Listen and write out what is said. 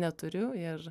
neturiu ir